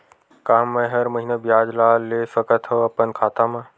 का मैं हर महीना ब्याज ला ले सकथव अपन खाता मा?